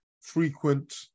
frequent